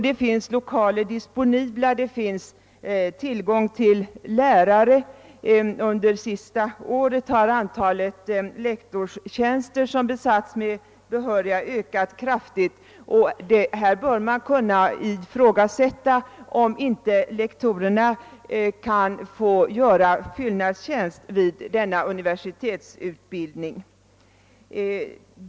Där finns lokaler disponibla och där finns tillgång på lärare. Under det senaste året har antalet lektorstjänster som besatts med behöriga sökande ökat kraftigt. Man kan också ifrågasätta om inte lektorerna kan få göra fyllnadstjänst vid denna universitetsutbildning.